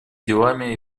делами